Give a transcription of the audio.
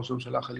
ראש ההמשלה החליפי,